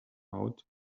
out